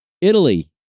Italy